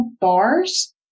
bars